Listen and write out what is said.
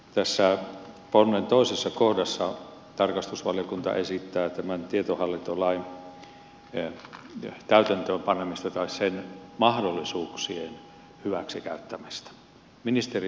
tässä ponnen toisessa kohdassa tarkastusvaliokunta esittää tämän tietohallintolain täytäntöön panemista tai sen mahdollisuuksien hyväksi käyttämistä